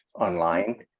online